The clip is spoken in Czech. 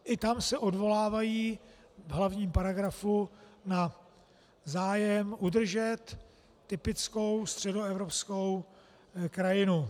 I tam se odvolávají v hlavním paragrafu na zájem udržet typickou středoevropskou krajinu.